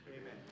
Amen